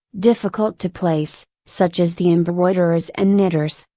difficult to place, such as the embroiderers and knitters,